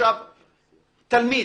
תלמיד